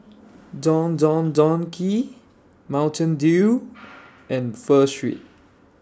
Don Don Donki Mountain Dew and Pho Street